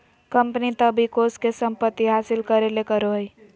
company तब इ कोष के संपत्ति हासिल करे ले करो हइ